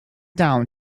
down